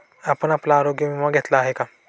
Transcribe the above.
आपण आपला आरोग्य विमा घेतला आहे का?